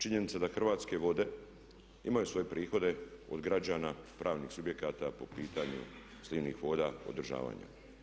Činjenica da Hrvatske vode imaju svoje prihode od građana, pravnih subjekata po pitanju slivnih voda, održavanje.